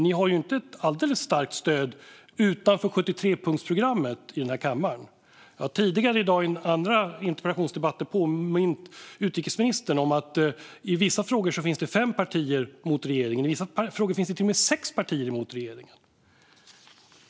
Ni har ju inte ett alldeles starkt stöd utanför 73-punktsprogrammet i den här kammaren. Jag har tidigare i dag i en annan interpellationsdebatt påmint utrikesministern om att i vissa frågor finns det fem partier mot regeringen, och i andra frågor finns det till och med sex partier mot regeringen.